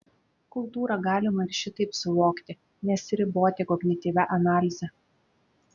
kultūrą galima ir šitaip suvokti nesiriboti kognityvia analize